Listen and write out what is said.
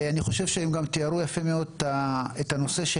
ואני חושב שהם גם תיארו יפה מאוד את הנושא של